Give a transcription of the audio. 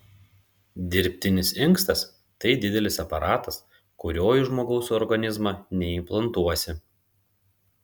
dirbtinis inkstas tai didelis aparatas kurio į žmogaus organizmą neimplantuosi